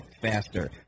faster